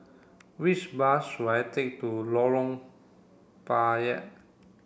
which bus should I take to Lorong Payah